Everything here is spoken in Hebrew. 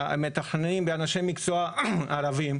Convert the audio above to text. מתכננים ואנשי מקצוע ערבים,